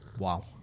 wow